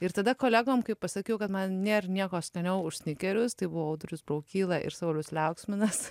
ir tada kolegom kai pasakiau kad man nėra nieko skaniau už snikerius tai buvo audrius braukyla ir saulius liauksminas